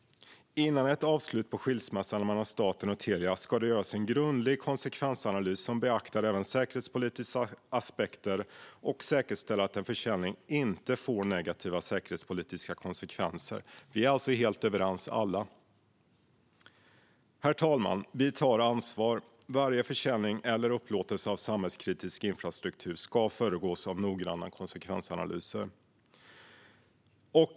Före ett avslut på skilsmässan mellan staten och Telia ska det göras en grundlig konsekvensanalys som beaktar även säkerhetspolitiska aspekter och som säkerställer att en försäljning inte får negativa säkerhetspolitiska konsekvenser. Vi är alltså alla helt överens. Herr talman! Vi tar ansvar. Varje försäljning eller upplåtelse av samhällskritisk infrastruktur ska föregås av noggranna konsekvensanalyser.